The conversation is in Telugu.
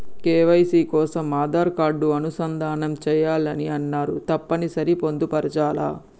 కే.వై.సీ కోసం ఆధార్ కార్డు అనుసంధానం చేయాలని అన్నరు తప్పని సరి పొందుపరచాలా?